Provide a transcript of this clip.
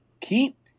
keep